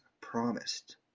promised